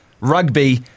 rugby